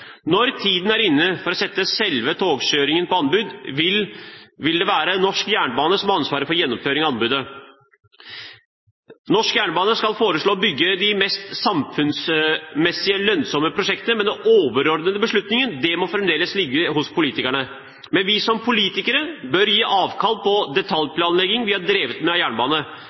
Når tiden er inne for å sette selve togkjøringen på anbud, vil det være norsk jernbane som har ansvar for gjennomføring av anbudet. Norsk jernbane skal foreslå å bygge de mest samfunnsmessig lønnsomme prosjektene, men de overordnede beslutningene må fremdeles ligge hos politikerne. Men vi som politikere bør gi avkall på den detaljplanleggingen vi har drevet med på jernbane.